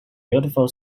beautiful